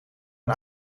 een